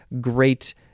great